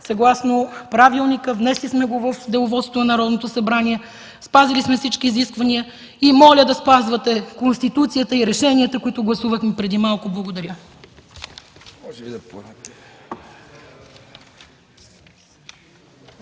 съгласно правилника. Внесли сме го в Деловодството на Народното събрание, спазили сме всички изисквания и моля да спазвате Конституцията и решенията, които гласувахме преди малко. Благодаря.